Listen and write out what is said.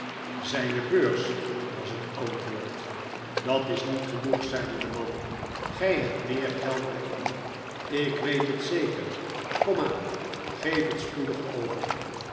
zijne beurs was het antwoord dat is niet genoeg zeide de man gij hebt meer geld bij u ik weet het zeker kom aan geef het spoedig over